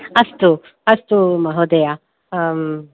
अस्तु अस्तु महोदय